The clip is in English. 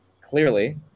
Clearly